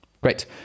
great